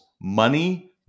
money